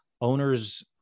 owners